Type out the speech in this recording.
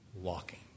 walking